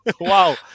wow